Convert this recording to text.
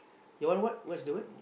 your one what what's the word